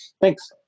thanks